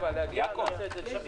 לא כוללות העלאה של המכסות.